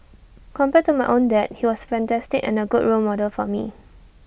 compared to my own dad he was fantastic and A good role model for me